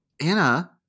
Anna